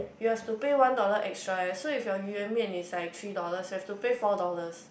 you have to pay one dollar extra eh so if your 鱼圆面 is like three dollars you have to pay four dollars